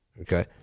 okay